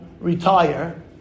retire